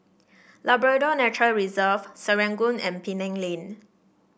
Labrador Nature Reserve Serangoon and Penang Lane